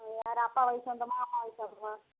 யார் அப்பா வயசு அந்த மாமா வயசாக இருக்குமா